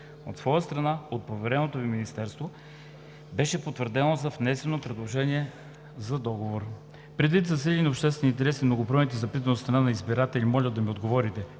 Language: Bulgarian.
От своя страна от повереното Ви Министерство беше потвърдено за внесеното предложение за договор. Предвид засиления обществен интерес и многобройните запитвания от страна на избирателите, моля да ми отговорите: